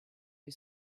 you